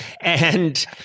and-